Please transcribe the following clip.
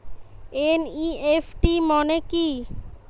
NEFT মনে কি?